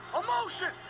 emotion